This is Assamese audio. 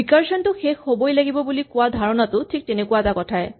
ৰিকাৰছন টো শেষ হ'বই লাগিব বুলি কোৱা ধাৰণাটো ঠিক তেনেকুৱা এটা কথাই